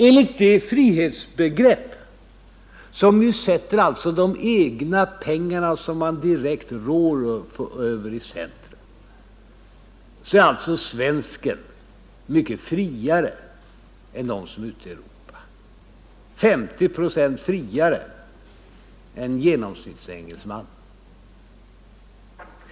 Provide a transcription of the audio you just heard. Enligt det frihetsbegrepp där ni i centrum sätter de egna pengar som man direkt rår över är alltså svensken friare än andra folk i Europa — 50 procent friare än genomsnittsengelsmannen.